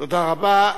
תודה רבה.